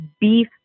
beef